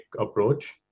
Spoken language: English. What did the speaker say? approach